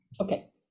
Okay